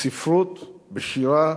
בספרות, בשירה,